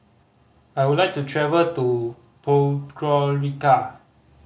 I would like to travel to Podgorica